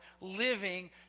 living